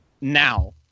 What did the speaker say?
now